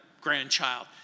grandchild